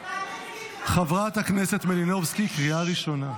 --- חברת הכנסת מלינובסקי, קריאה ראשונה.